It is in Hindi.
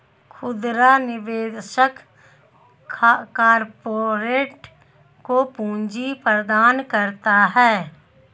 खुदरा निवेशक कारपोरेट को पूंजी प्रदान करता है